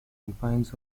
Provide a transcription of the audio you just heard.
confines